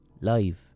...live